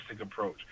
approach